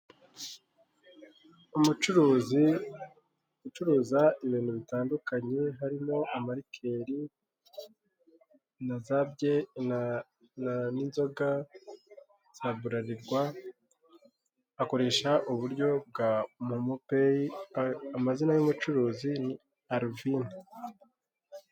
umucuruzi ucuruza ibintu bitandukanye birimo ama likeri na za bier ninzoga za burarirwa akoresha uburyo bwa momo peyi amazina yumucuruzi ni Aluvini.